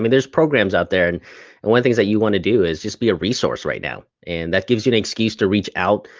there's programs out there and and one thing that you wanna do is just be a resource right now. and that gives you an excuse to reach out.